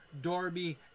Darby